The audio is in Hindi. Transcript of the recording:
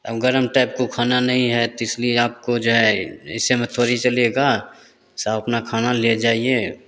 और गरम टाइप को खाना नहीं है तो इसलिए आपको जो है ऐसे में थोड़ी चलेगा सब अपना खाना ले जाइए